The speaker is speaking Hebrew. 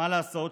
מה לעשות,